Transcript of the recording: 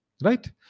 Right